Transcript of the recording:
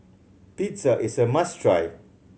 pizza is a must try